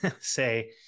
say